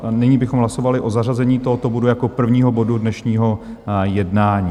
A nyní bychom hlasovali o zařazení tohoto bodu jako prvního bodu dnešního jednání.